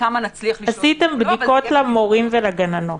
עשיתם בדיקות למורים ולגננות.